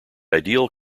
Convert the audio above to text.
ideal